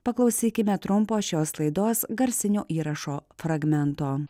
paklausykime trumpo šios laidos garsinio įrašo fragmento